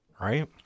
right